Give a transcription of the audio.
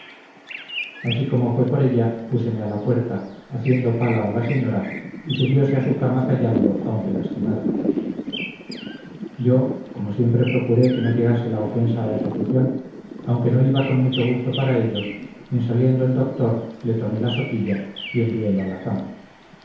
así como fué por ella púseme a la puerta haciendo pala a la señora y subiose a su cama callando aunque lastimada yo como siempre procuré que no llegase la ofensa a ejecución aunque no iba con mucho gusto para ello en saliendo el doctor le tomé la soguilla y envielo a la cama